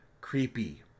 creepy